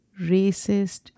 racist